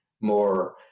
more